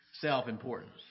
self-importance